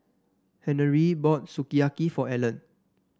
Henery bought Sukiyaki for Ellen